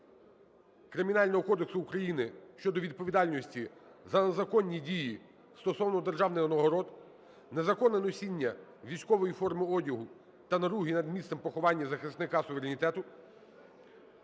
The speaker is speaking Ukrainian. Кримінального кодексу України щодо відповідальності за незаконні дії стосовно державних нагород, незаконне носіння військової форми одягу та наруги над місцем поховання захисника суверенітету